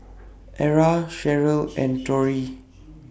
Era Cheryll and Torrie